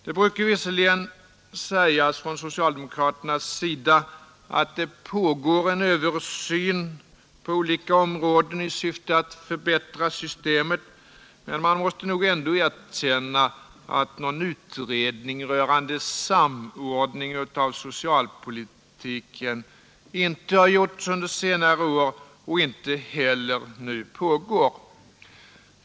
Det brukar visserligen sägas från socialdemokraternas sida att det pågår en översyn på olika områden i syfte att förbättra systemet. Men man måste nog ändå erkänna att en utredning rörande samordning av socialpolitiken inte har gjorts under senare år och inte heller nu pågår.